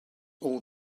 all